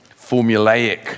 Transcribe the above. formulaic